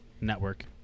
network